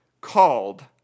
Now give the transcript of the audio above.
called